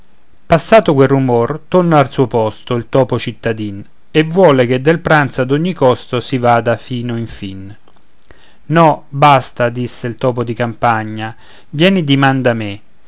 passato quel rumor torna al suo posto il topo cittadin e vuole che del pranzo ad ogni costo si vada fino in fin no basta disse il topo di campagna vieni diman da me